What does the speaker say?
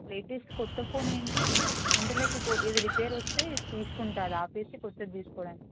latest క్రొత్త phone ఏంటి అంటే లైక్ ఇప్పుడు ఇది రిపేర్ వస్తే తీసుకుంటాను అది ఆపేసి కొత్తది తీసుకోవడానికి